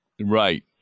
Right